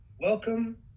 welcome